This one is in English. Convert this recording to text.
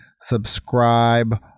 subscribe